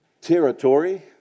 territory